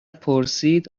پرسید